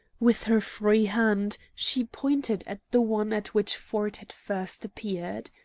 with her free hand she pointed at the one at which ford had first appeared.